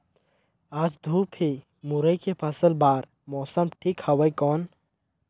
आज धूप हे मुरई के फसल बार मौसम ठीक हवय कौन?